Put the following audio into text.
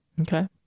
Okay